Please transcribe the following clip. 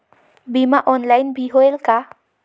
बीमा ऑनलाइन भी होयल का?